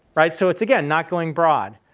right? so, it's again not going broad,